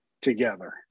together